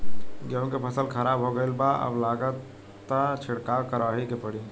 गेंहू के फसल खराब हो गईल बा अब लागता छिड़काव करावही के पड़ी